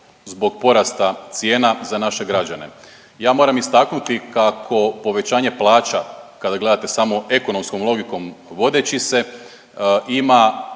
zbog porasta cijena za naše građane. Ja moram istaknuti kako povećanje plaća kada gledate samo ekonomskom logikom vodeći se ima